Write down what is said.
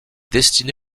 destiné